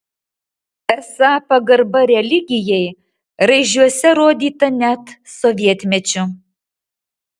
esą pagarba religijai raižiuose rodyta net sovietmečiu